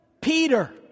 Peter